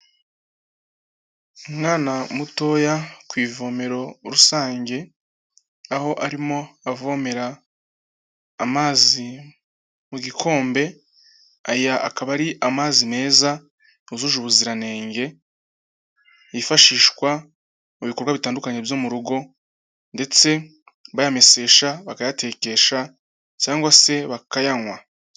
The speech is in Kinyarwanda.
Umwana mutoya ku ivomero rusange, aho arimo avomera amazi mu gikombe, aya akaba ari amazi meza yujuje ubuziranenge, yifashishwa mu bikorwa bitandukanye byo mu rugo, ndetse bayamesesha, bakayatekesha, cyangwa se bakayanywa.